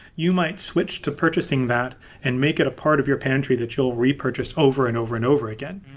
you might switch to purchasing that and make it a part of your pantry that you'll repurchase over and over and over again.